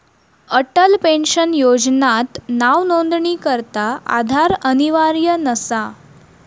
Atal pension योजनात नावनोंदणीकरता आधार अनिवार्य नसा